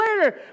later